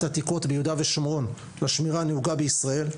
העתיקות ביהודה ושומרון לשמירה הנהוגה בישראל,